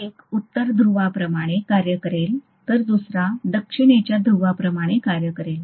एक उत्तर ध्रुवाप्रमाणे कार्य करेल तर दुसरा दक्षिणेच्या ध्रुवाप्रमाणे काम करेल